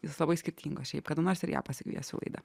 jūs labai skirtingos šiaip kada nors ir ją pasikviesiu į laidą